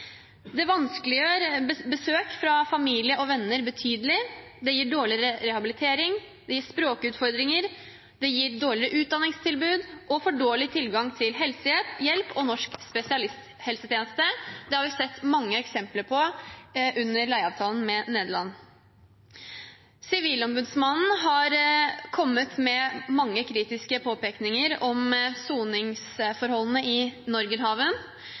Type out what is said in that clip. Det vanskeliggjør besøk fra familie og venner betydelig, det gir dårligere rehabilitering, det gir språkutfordringer, det gir dårligere utdanningstilbud og for dårlig tilgang til helsehjelp og norsk spesialisthelsetjeneste. Det har vi sett mange eksempler på under leieavtalen med Nederland. Sivilombudsmannen har kommet med mange kritiske påpekninger om soningsforholdene i Norgerhaven.